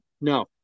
No